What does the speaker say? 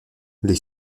les